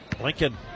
Lincoln